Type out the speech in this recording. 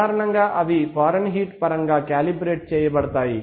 సాధారణంగా అవి ఫారెన్హీట్ పరంగా కాలిబ్రేట్చేయబడతాయి